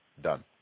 done